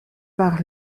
par